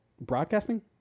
broadcasting